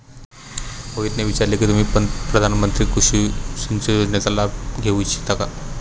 मोहितने विचारले की तुम्ही प्रधानमंत्री कृषि सिंचन योजनेचा लाभ घेऊ इच्छिता का?